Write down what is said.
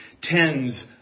Tens